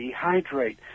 dehydrate